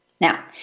Now